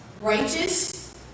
righteous